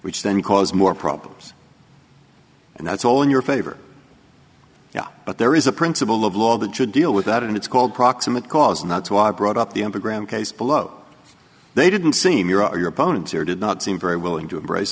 which then cause more problems and that's all in your favor yeah but there is a principle of law that should deal with that and it's called proximate cause and that's why i brought up the ground case below they didn't seem your opponents here did not seem very willing to embrace